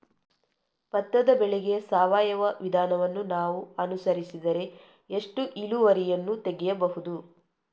ಭತ್ತದ ಬೆಳೆಗೆ ಸಾವಯವ ವಿಧಾನವನ್ನು ನಾವು ಅನುಸರಿಸಿದರೆ ಎಷ್ಟು ಇಳುವರಿಯನ್ನು ತೆಗೆಯಬಹುದು?